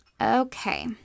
okay